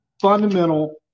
fundamental